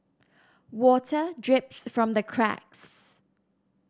water drips from the cracks